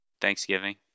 Thanksgiving